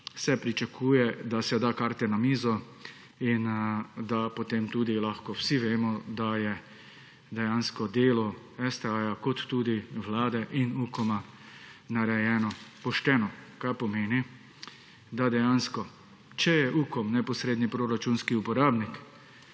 se pričakuje, da se da karte na mizo in da, potem lahko vsi vemo, da je dejansko delo STA kot tudi Vlade in UKOM narejeno pošteno, kar pomeni, da dejansko, če je UKOM neposredni proračunski uporabnik